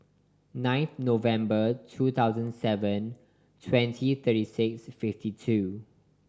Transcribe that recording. ninth November two thousand seven twenty thirty six fifty two